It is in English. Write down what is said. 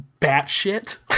batshit